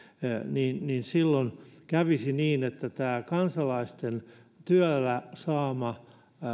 niin niin silloin kävisi niin että tästä kansalaisten työllään saamasta